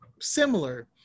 similar